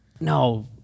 no